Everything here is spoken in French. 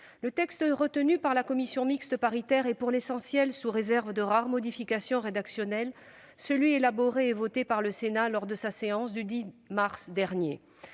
Le texte retenu par la commission mixte paritaire est, pour l'essentiel, sous réserve de rares modifications rédactionnelles, celui qu'a élaboré et voté le Sénat lors de sa séance du 10 mars dernier.